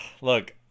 Look